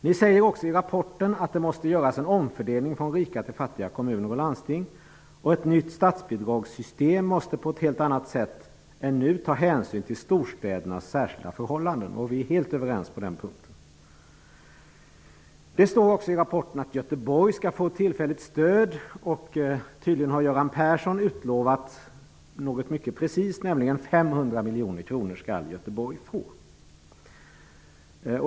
Ni säger också i rapporten att det måste göras en omfördelning från rika till fattiga kommuner och landsting och att ett nytt statsbidragssystem på ett helt annat sätt än nu måste ta hänsyn till storstädernas särskilda förhållanden. Vi är helt överens på den punkten. Det står också i rapporten att Göteborg skall få ett tillfälligt stöd. Tydligen har Göran Persson utlovat något mycket precist. Göteborg skall nämligen få 500 miljoner kronor.